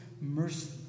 mercy